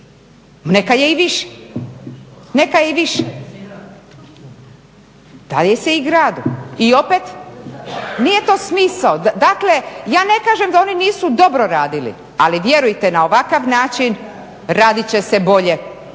Neka je i više, neka je i više. Daje se i gradu i opet nije to smisao. Dakle, ja ne kažem da oni nisu dobro radili ali vjerujte na ovakav način raditi će se bolje